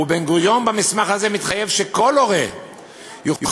ובן-גוריון במסמך הזה התחייב שכל הורה יוכל